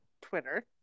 Twitter